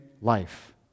life